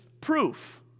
proof